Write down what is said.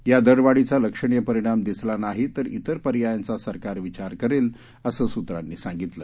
या दरवाढीचा लक्षणीय परिणाम दिसला नाही तर तिर पर्यायांचा सरकार विचार करेल असं सूत्रांनी सांगितलं